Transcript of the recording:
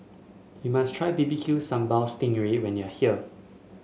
you must try B B Q Sambal Sting Ray when you are here